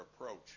approach